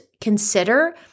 consider